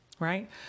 Right